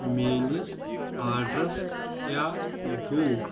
میٲنِس آڈرس کیٛاہ گوٚو؟